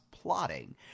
plotting